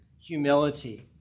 Humility